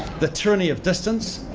the tyranny of distance,